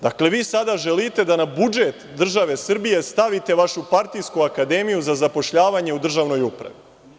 Dakle, vi sada želite da na budžet države Srbije stavite vašu partijsku akademiju za zapošljavanje u državnoj upravi.